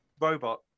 robot